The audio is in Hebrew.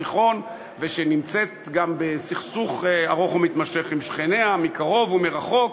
התיכון ושנמצאת גם בסכסוך ארוך ומתמשך עם שכניה מקרוב ומרחוק,